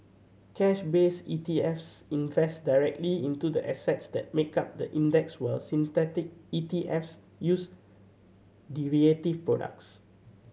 cash based ETFs invest directly into the assets that make up the index while synthetic ETFs use derivative products